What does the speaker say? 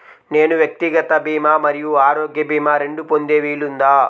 నేను వ్యక్తిగత భీమా మరియు ఆరోగ్య భీమా రెండు పొందే వీలుందా?